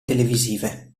televisive